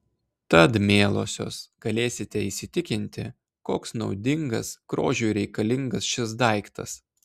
tad mielosios galėsite įsitikinti koks naudingas grožiui reikalingas šis daiktas